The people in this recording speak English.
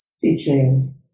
teaching